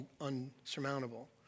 unsurmountable